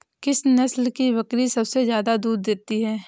किस नस्ल की बकरी सबसे ज्यादा दूध देती है?